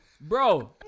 bro